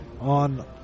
on